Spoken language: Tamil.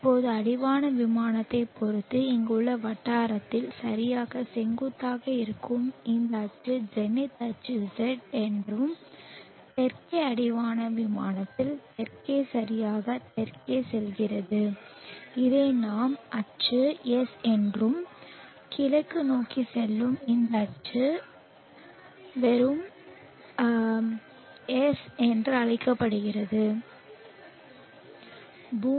இப்போது அடிவான விமானத்தைப் பொறுத்து இங்குள்ள வட்டாரத்தில் சரியாக செங்குத்தாக இருக்கும் இந்த அச்சு ஜெனித் அச்சு Z என்றும் தெற்கே அடிவான விமானத்தில் தெற்கே சரியாக தெற்கே செல்கிறது இதை நாம் அச்சு S என்றும் கிழக்கு நோக்கிச் செல்லும்போது இந்த அச்சு வெறும் அழைக்கப்படுகிறது கிழக்கு